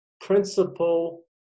principle